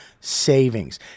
savings